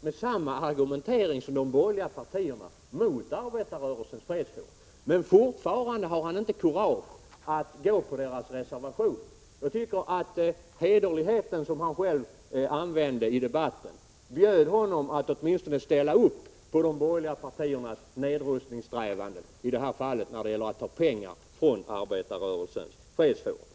med samma argumentering som de borgerliga partiernas företrädare mot Arbetarrörelsens fredsforum, men fortfarande har han inte kurage att gå på de borgerligas reservation. Jag tycker att hederligheten, som Oswald Söderqvist själv använt som argument i debatten, skulle bjuda honom att ställa upp på de borgerliga partiernas nedrustningssträvanden — i det här fallet när det gäller att ta pengar från Arbetarrörelsens fredsforum.